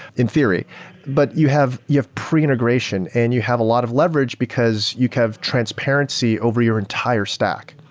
in theory but you have you have pre-integration and you have a lot of leverage because you have transparency over your entire stack,